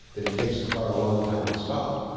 that it takes the car a long time to stop,